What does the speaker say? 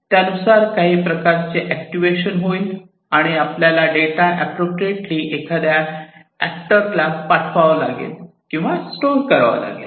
त्यानुसार काही प्रकारचे अक्टुवेशन होईल किंवा आपल्याला डेटा अँप्रोप्रिएटली एखाद्या एक्टरला पाठवावा लागेल किंवा स्टोअर करावा लागेल